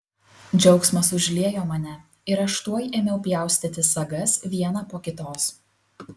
džiaugsmas užliejo mane ir aš tuoj ėmiau pjaustyti sagas vieną po kitos